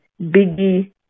Biggie